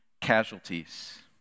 casualties